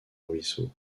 ruisseau